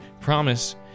promise